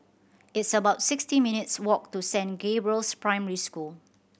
it's about sixty minutes' walk to Saint Gabriel's Primary School